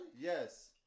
Yes